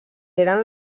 eren